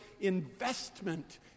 investment